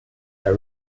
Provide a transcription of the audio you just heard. der